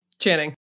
Channing